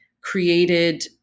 created